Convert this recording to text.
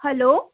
hello